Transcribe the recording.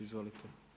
Izvolite.